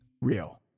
real